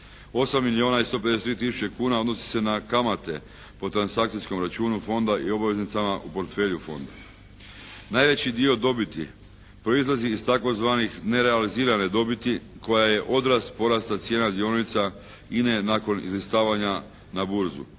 8 milijuna i 153 tisuće kuna odnosi se na kamate po transakcijskom računu Fonda i obveznicama u portfelju Fonda. Najveći dio dobiti proizlazi iz tzv. nerealizirane dobiti koja je odraz porasta cijena dionica INA-e nakon izlistavanja na burzu